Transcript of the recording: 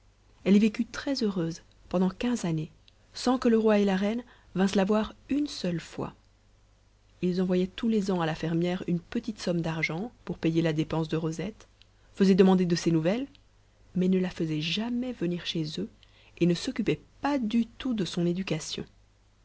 elle y vécut très heureuse pendant quinze années sans que le roi et la reine vinssent la voir une seule fois ils envoyaient tous les ans à la fermière une petite somme d'argent pour payer la dépense de rosette faisaient demander de ses nouvelles mais ne la faisaient jamais venir chez eux et ne s'occupaient pas du tout de son éducation